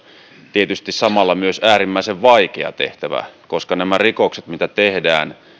tietysti samalla myös äärimmäisen vaikea tehtävä koska nämä rikokset mitä tehdään